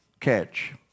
catch